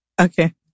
okay